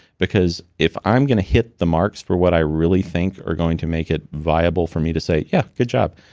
because if i'm going to hit the marks for what i really think are going to make it viable for me to say, yeah, good job.